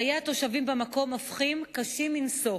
חיי התושבים במקום הופכים קשים מנשוא.